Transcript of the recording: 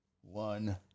One